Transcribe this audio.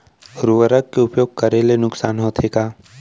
उर्वरक के उपयोग करे ले नुकसान होथे का?